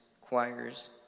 choirs